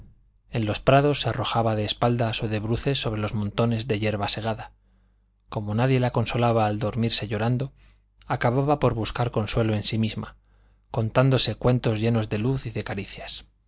en los prados se arrojaba de espaldas o de bruces sobre los montones de yerba segada como nadie la consolaba al dormirse llorando acababa por buscar consuelo en sí misma contándose cuentos llenos de luz y de caricias